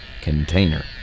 container